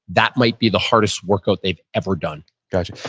that might be the hardest workout they've ever done gotcha.